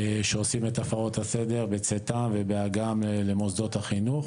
שעושים את הפרות הסדר בצאתם ובהגיעם למוסדות החינוך.